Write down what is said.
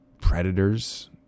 predators